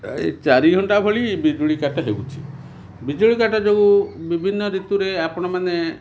ପ୍ରାୟ ଚାରି ଘଣ୍ଟା ଭଳି ବିଜୁଳି କାଟ ହେଉଛି ବିଜୁଳି କାଟ ଯୋଗୁଁ ବିଭିନ୍ନ ଋତୁରେ ଆପଣମାନେ